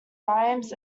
rhymes